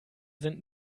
sind